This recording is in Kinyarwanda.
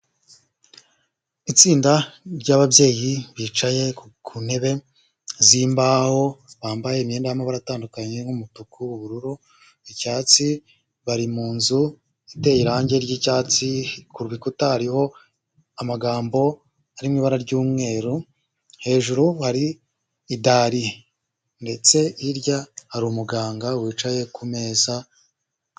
Itsinda ry'ababyeyi bicaye ku ntebe z'imbaho, bambaye imyenda y'amabara atandukanye, nk'umutuku, ubururu, icyatsi, bari munzu iteye irange ry'icyatsi, ku bikuta hariho amagambo ari mu ibara ry'umweru, hejuru hari idari. Ndetse hirya hari umuganga wicaye ku meza.